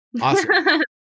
Awesome